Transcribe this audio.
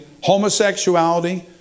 homosexuality